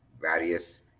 various